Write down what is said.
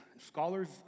scholars